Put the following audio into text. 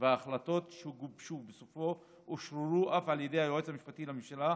וההחלטות שגובשו בסופו אף אושרו על ידי היועץ המשפטי לממשלה,